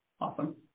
awesome